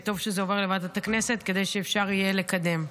וטוב שזה עובר לוועדת הכנסת כדי שאפשר יהיה לקדם.